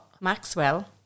Maxwell